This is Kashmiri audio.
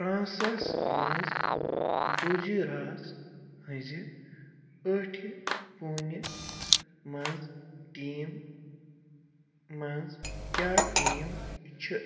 فرٛانسس منٛز بُج راز ہٕنٛزِ ٲٹھِ پوٗنہِ منٛز ٹیٖم منٛز کیٛاہ ٹیٖم چھِ